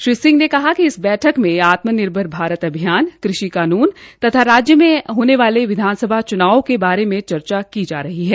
श्री सिंह ने कहा कि बैठक में आत्म निर्भर भारत अभियान कृषि कानून तथा राज्यों में आने वाले विधानसभाओं च्नावों के बारे में चर्चा की जा रही है